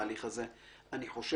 האדם אומר: